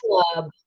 club